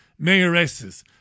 mayoresses